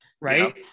right